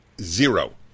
Zero